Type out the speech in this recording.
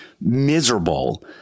miserable